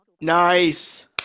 Nice